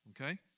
okay